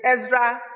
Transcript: Ezra